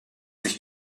sich